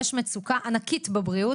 יש מצוקה ענקית בבריאות.